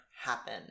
happen